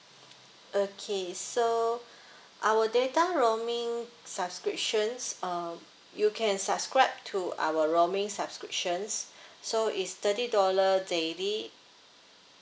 okay so our data roaming subscriptions um you can subscribe to our roaming subscriptions so is thirty dollar daily